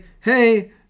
hey